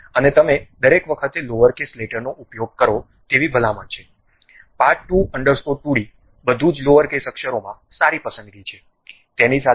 અને તમે દરેક વખતે લોઅરકેસ લેટર નો ઉપયોગ કરો તેવી ભલામણ છે પાર્ટ 2 અન્ડરસ્કોર 2 ડી બધું જ લોઅરકેસ અક્ષરોમાં સારી પસંદગી છે તેની સાથે પ્રારંભ કરો